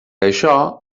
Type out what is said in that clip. això